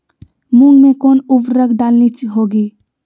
मूंग में कौन उर्वरक डालनी होगी?